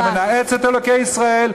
שמנאץ את אלוקי ישראל,